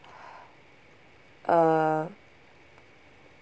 uh